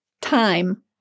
Time